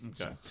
Okay